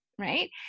right